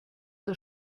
der